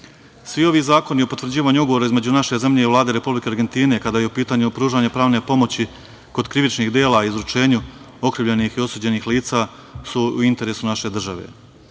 ovi zakoni o potvrđivanju ugovora između naše zemlje i Vlade Republike Argentine, kada je u pitanju pružanje pravne pomoći kod krivičnih dela, izručenju okrivljenih i osuđenih lica, su u interesu naše države. Mi